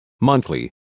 Monthly